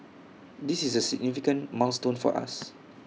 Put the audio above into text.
this is A significant milestone for us